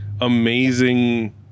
amazing